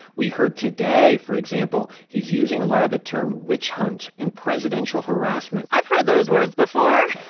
we heard today, for example, he's using a lot of the term witch hunt and presidential harassment i've heard those words before.